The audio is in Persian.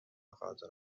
خاطر